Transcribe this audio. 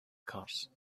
curse